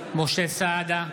סעדה,